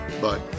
Bye